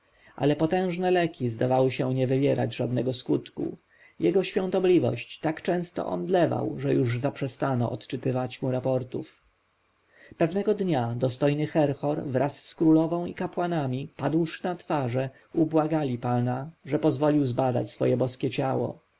ale potężne leki zdawały się nie wywierać żadnego skutku jego świątobliwość tak często omdlewał że już zaprzestano odczytywać mu raportów pewnego dnia dostojny herhor wraz z królową i kapłanami padłszy na twarze ubłagali pana że pozwolił zbadać swoje boskie ciało